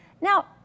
Now